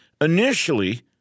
initially